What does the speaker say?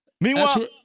Meanwhile